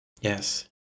yes